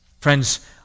Friends